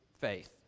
faith